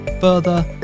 further